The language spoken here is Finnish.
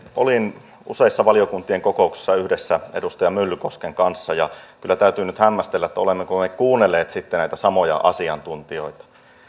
olin useissa valiokuntien kokouksissa yhdessä edustaja myllykosken kanssa ja kyllä täytyy nyt hämmästellä olemmeko me kuunnelleet näitä samoja asiantuntijoita